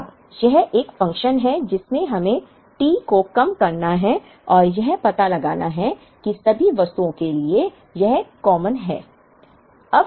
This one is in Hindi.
अब यह वह फ़ंक्शन है जिसमें हमें T को कम करना हैं और यह पता लगाना हैं कि सभी वस्तुओं के लिए यह कॉमनआम है